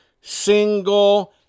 single